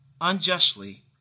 unjustly